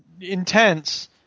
intense